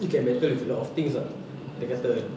you can battle with a lot of things ah dia kata